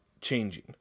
changing